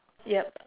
yup